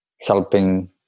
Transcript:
helping